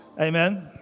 Amen